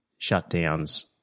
shutdowns